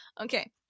Okay